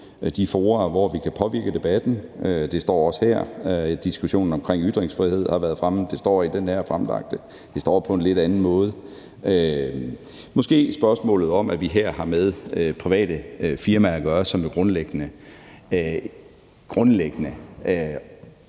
de fora, hvor vi kan påvirke debatten. Det står også her. Diskussionen om ytringsfrihed har været fremme, og det står i det fremsatte forslag til vedtagelse. Det står på en lidt anden måde. Måske er det spørgsmålet om, at vi her har med private firmaer at gøre, som grundlæggende både